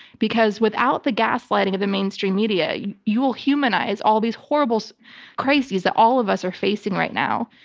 because without the gaslighting of the mainstream media, you you will humanize all these horrible crises that all of us are facing right now.